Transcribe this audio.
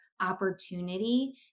opportunity